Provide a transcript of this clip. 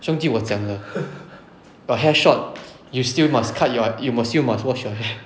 兄弟我讲了 your hair short you still must cut your you will still must wash your hair